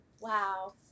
Wow